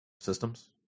systems